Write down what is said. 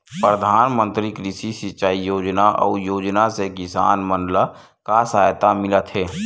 प्रधान मंतरी कृषि सिंचाई योजना अउ योजना से किसान मन ला का सहायता मिलत हे?